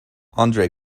andrei